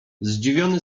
zdziwiony